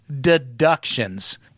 deductions